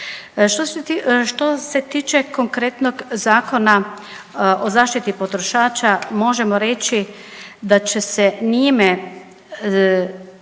Što se tiče konkretnog Zakona o zaštiti potrošača možemo reći da će se njime